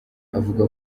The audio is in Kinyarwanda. avuga